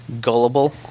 Gullible